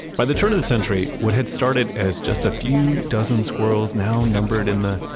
by the turn of the century, what had started as just a few dozen squirrels now numbered in the,